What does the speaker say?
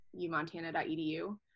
umontana.edu